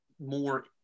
more